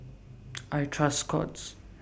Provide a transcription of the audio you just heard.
I Trust Scott's